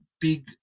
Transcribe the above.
big